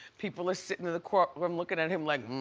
people are sittin' in the courtroom lookin' at him like